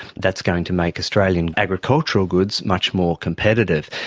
that's going to make australian agricultural goods much more competitive.